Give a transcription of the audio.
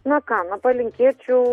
na ką na palinkėčiau